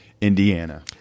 Indiana